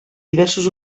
diversos